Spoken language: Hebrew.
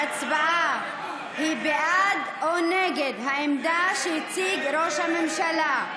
ההצבעה היא בעד או נגד העמדה שהציג ראש הממשלה.